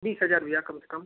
बीस हजार भैया कम से कम